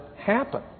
happen